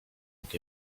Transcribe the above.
look